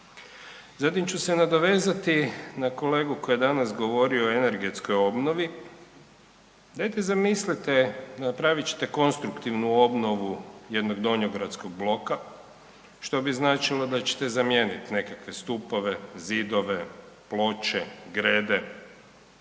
Zatim ću se nadovezati na kolegu koji je danas govorio o energetskoj obnovi, dajte zamislite napravit ćete konstruktivnu obnovu jednog donjogradskog bloka što bi značilo da ćete zamijeniti nekakve stupove, zidove, ploče, grede,